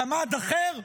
גמד אחר?